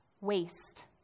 waste